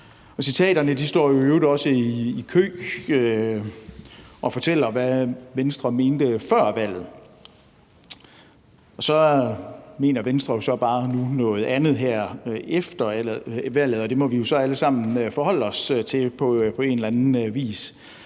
i øvrigt i kø og fortæller, hvad Venstre mente før valget – så mener Venstre bare noget andet nu her efter valget, og det må vi jo så alle sammen forholde os til på en eller anden måde.